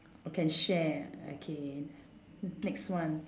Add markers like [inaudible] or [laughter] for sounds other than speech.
or can share okay [noise] next one